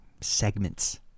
segments